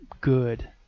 good